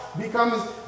becomes